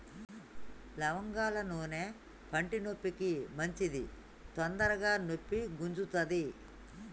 లవంగాల నూనె పంటి నొప్పికి మంచిది తొందరగ నొప్పి గుంజుతది